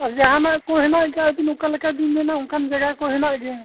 ᱟᱨ ᱡᱟᱦᱟᱱᱟᱜ ᱠᱚ ᱦᱮᱱᱟᱜ ᱠᱷᱟᱡ ᱟᱹᱵᱤᱱ ᱚᱠᱟ ᱞᱮᱠᱟ ᱵᱤᱱ ᱢᱮᱱᱟ ᱚᱱᱠᱟ ᱞᱮᱠᱟ ᱵᱤᱱᱟ ᱚᱱᱠᱟ ᱡᱟᱭᱜᱟ ᱠᱚ ᱦᱮᱱᱟᱜ ᱜᱮᱭᱟ